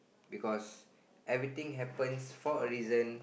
because everything happen for a reason